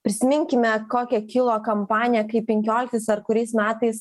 prisiminkime kokia kilo kampanija kai penkioliktais ar kuriais metais